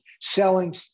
selling